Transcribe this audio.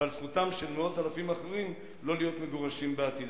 ועל זכותם של מאות אלפים אחרים לא להיות מגורשים בעתיד?